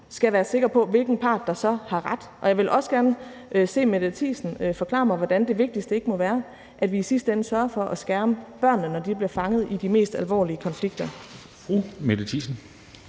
kunne være sikker på, hvilken part der så har ret. Jeg ville også gerne høre Mette Thiesen forklare mig, hvordan det vigtigste ikke må være, at vi i sidste ende sørger for at skærme børnene, når de bliver fanget i de mest alvorlige konflikter.